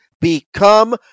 become